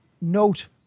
note